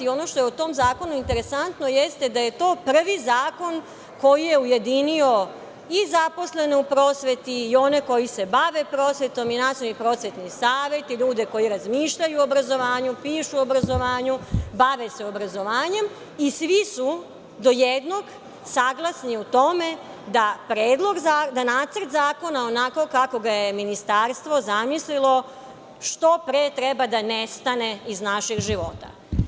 Ono što je u tom zakonu interesantno jeste da je to prvi zakon koji je ujedinio i zaposlene u prosveti i one koji se bave prosvetom i Nacionalni prosvetni savet i ljude koji razmišljaju o obrazovanju, pišu o obrazovanju, bave se obrazovanjem i svi su do jednog saglasni u tome da nacrt zakona, onako kako ga je ministarstvo zamislilo, što pre treba da nestane iz naših života.